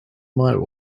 might